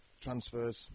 transfers